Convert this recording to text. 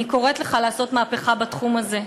אני קוראת לך לעשות מהפכה בתחום הזה.